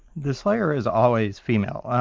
the slayer is always female,